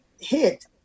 hit